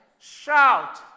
Shout